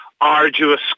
arduous